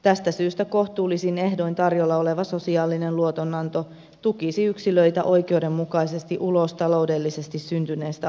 tästä syystä kohtuullisin ehdoin tarjolla oleva sosiaalinen luotonanto tukisi yksilöitä oikeudenmukaisesti ulos taloudellisesti syntyneestä ahdingon tilasta